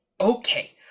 Okay